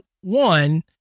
one